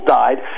died